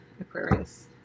Aquarius